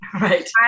Right